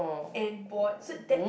and bought so that